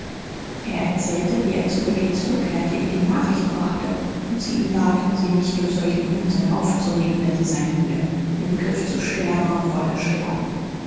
er erzählte wie er zu becky zurückkehrte ihr die nachricht brachte und sie ihn bat sie nicht durch solchen unsinn aufzuregen denn sie sei müde im begriff zu sterben und wolle sterben